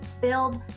build